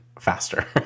faster